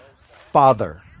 Father